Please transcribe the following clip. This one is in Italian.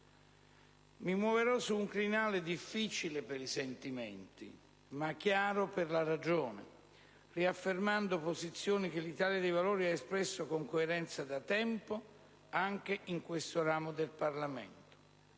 Mi muoverò dunque su un crinale difficile per i sentimenti, ma chiaro per la ragione, riaffermando posizioni che l'Italia dei Valori ha espresso con coerenza da tempo, anche in questo ramo del Parlamento.